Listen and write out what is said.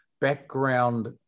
background